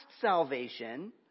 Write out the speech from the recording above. salvation